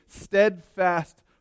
steadfast